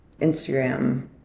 Instagram